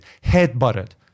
head-butted